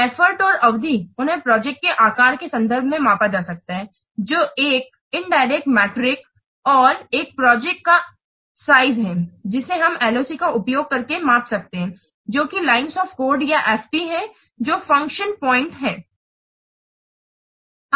effort और अवधि उन्हें प्रोजेक्ट के आकार के संदर्भ में मापा जा सकता है जो एक इंदिरेक्ट मीट्रिक और एक प्रोजेक्ट का आकार है जिसे हम LOC का उपयोग करके माप सकते हैं जो कि लाइन्स ऑफ़ कोड या FP है जो फंक्शन पॉइंट है